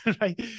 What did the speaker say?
right